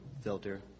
filter